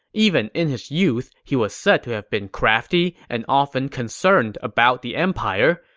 even in his youth, he was said to have been crafty and often concerned about the empire,